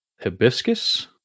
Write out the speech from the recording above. hibiscus